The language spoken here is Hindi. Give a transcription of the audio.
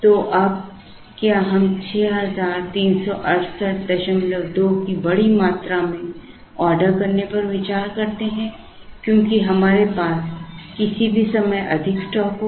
तो अब क्या हम 63682 की बड़ी मात्रा में ऑर्डर करने पर विचार करते हैं क्योंकि हमारे पास किसी भी समय अधिक स्टॉक होगा